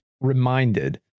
reminded